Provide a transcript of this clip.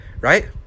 Right